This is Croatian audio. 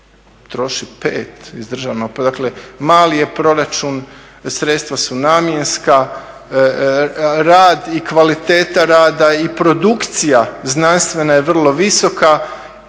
troši 5 iz državnog, dakle mali je proračun, sredstva su namjenska, rad i kvaliteta rada i produkcija znanstvena je vrlo visoka